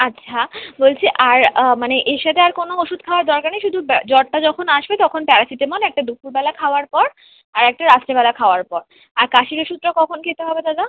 আচ্ছা বলছি আর মানে এর সাথে আর কোনো ওষুধ খাওয়ার দরকার নেই শুধু জ্বরটা যখন আসবে তখন প্যারাসিটামল একটা দুপুরবেলা খাওয়ার পর আর একটা রাত্রেবেলা খাওয়ার পর আর কাশির ওষুধটা কখন খেতে হবে দাদা